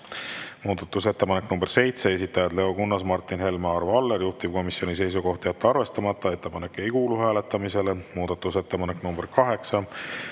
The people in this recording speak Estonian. Muudatusettepanek nr 7, esitajad Leo Kunnas, Martin Helme, Arvo Aller. Juhtivkomisjoni seisukoht on jätta arvestamata. Ettepanek ei kuulu hääletamisele. Muudatusettepanek nr 8,